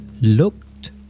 looked